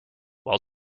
while